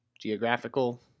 Geographical